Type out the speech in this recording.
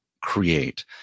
create